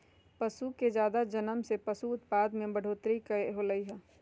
पशु के जादा जनम से पशु उत्पाद में बढ़ोतरी होलई ह